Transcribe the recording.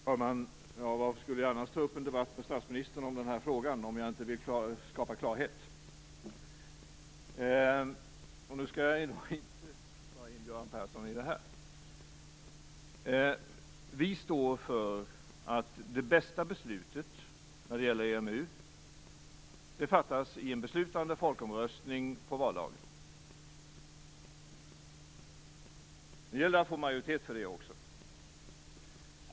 Fru talman! Ja, varför skulle jag ta upp en debatt med statsministern i den här frågan, om jag inte ville skapa klarhet? Men nu skall jag inte dra in Göran Persson i det här. Vi står för att det bästa beslutet när det gäller EMU fattas i en beslutande folkomröstning på valdagen. Det gäller att få majoritet för det.